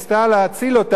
גם היא קיבלה מכות,